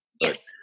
Yes